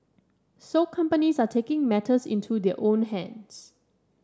so companies are taking matters into their own hands